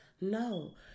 No